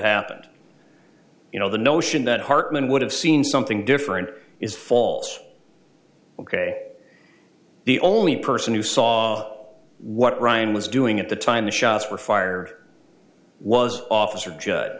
happened you know the notion that hartman would have seen something different is false ok the only person who saw what ryan was doing at the time the shots were fired was officer ju